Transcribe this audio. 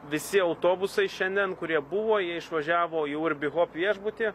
visi autobusai šiandien kurie buvo jie išvažiavo į urbi hop viešbutį